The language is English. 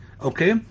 okay